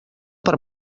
per